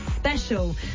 special